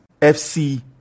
FC